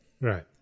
Right